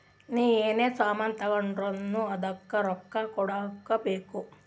ನೀ ಎನೇ ಸಾಮಾನ್ ತಗೊಂಡುರ್ನೂ ಅದ್ದುಕ್ ರೊಕ್ಕಾ ಕೂಡ್ಲೇ ಬೇಕ್